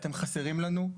אתם חסרים לנו.